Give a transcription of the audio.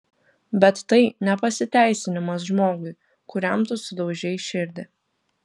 bet tai ne pasiteisinimas žmogui kuriam tu sudaužei širdį